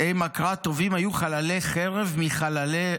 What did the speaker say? "אימא קרא: 'טובים היו חללי חרב מחללי רעב'.